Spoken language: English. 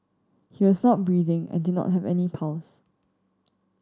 he was not breathing and did not have any pulse